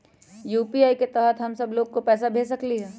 UPI के तहद हम सब लोग को पैसा भेज सकली ह?